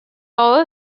are